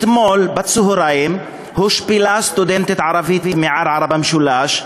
אתמול בצהריים הושפלה סטודנטית ערבייה מערערה-במשולש,